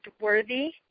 worthy